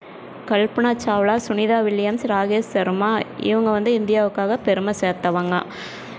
Kalpana Chawla Sunita Williams Rakesh Sharma இவங்க வந்து இந்தியாவுக்காக பெருமை சேர்த்தவங்க